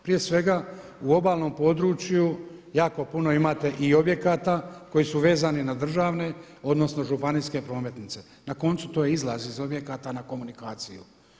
Prije svega u obalnom području jako puno imate i objekata koji su vezani na državne odnosno županijske prometnice, na koncu to je izlaz iz objekata na komunikaciju.